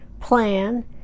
plan